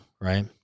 right